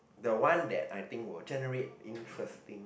the one that I think will generate interesting